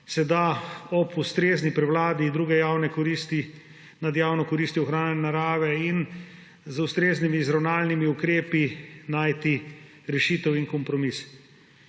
se da ob ustrezni prevladi druge javne koristi nad javno koristjo ohranjanja narave in z ustreznimi izravnalnimi ukrepi najti rešitev in kompromis.